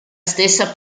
stessa